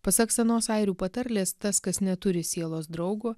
pasak senos airių patarlės tas kas neturi sielos draugo